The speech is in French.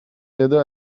aida